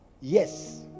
yes